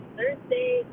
Thursday